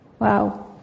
Wow